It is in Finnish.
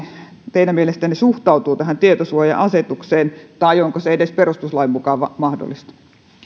teidän mielestänne suhtautuu tähän tietosuoja asetukseen tai onko se edes perustuslain mukaan mahdollista